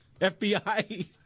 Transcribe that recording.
FBI